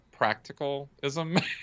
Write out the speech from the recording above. practicalism